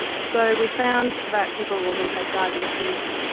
so we found that people who had diabetes,